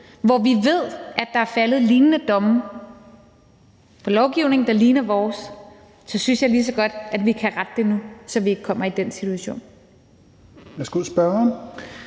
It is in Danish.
hvor vi ved, at der er faldet lignende domme i forhold til lovgivning, der ligner vores. Så synes jeg lige så godt, at vi kan rette det nu, så vi ikke kommer i den situation. Kl.